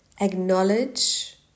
acknowledge